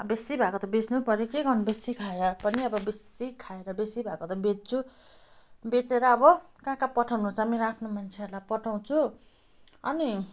बेसी भएको त बेच्नु पऱ्यो के गर्नु बेसी खाएर पनि अब बेसी खाएर बेसी भएको त बेच्छु बेचेर अब कहाँ कहाँ पठाउनु छ मेरो आफ्नो मान्छेहरूलाई पठउँछु अनि